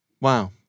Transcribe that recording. Wow